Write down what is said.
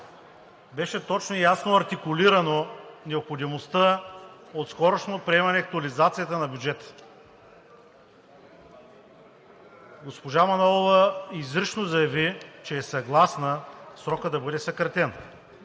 беше точно и ясно артикулирана необходимостта от скорошно приемане актуализацията на бюджета. Госпожа Манолова изрично заяви, че е съгласна срокът да бъде съкратен.